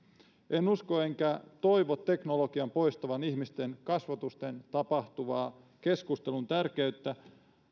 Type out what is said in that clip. en usko enkä toivo teknologian poistavan ihmisten kasvotusten tapahtuvan keskustelun tärkeyttä